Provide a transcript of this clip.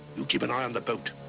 you keep an eye on the boat.